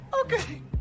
Okay